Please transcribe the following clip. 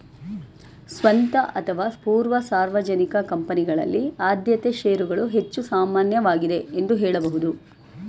ಸ್ವಂತ ಅಥವಾ ಪೂರ್ವ ಸಾರ್ವಜನಿಕ ಕಂಪನಿಗಳಲ್ಲಿ ಆದ್ಯತೆ ಶೇರುಗಳು ಹೆಚ್ಚು ಸಾಮಾನ್ಯವಾಗಿದೆ ಎಂದು ಹೇಳಬಹುದು